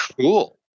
Cool